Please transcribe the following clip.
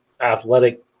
athletic